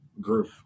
group